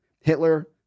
Hitler